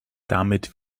damit